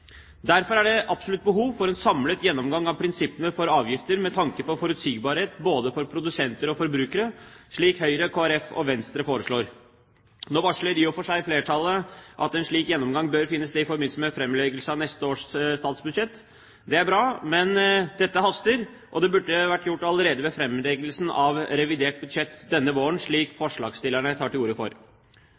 Derfor er det absolutt behov for en samlet gjennomgang av prinsippene for avgifter med tanke på forutsigbarhet både for produsenter og forbrukere, slik Høyre, Kristelig Folkeparti og Venstre foreslår. Nå varsler i og for seg flertallet at en slik gjennomgang bør finne sted i forbindelse med framleggelsen av neste års statsbudsjett. Det er bra, men dette haster. Det burde vært gjort allerede ved framleggelsen av revidert budsjett denne våren, slik forslagstillerne tar til orde for.